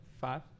five